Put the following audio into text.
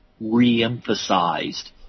re-emphasized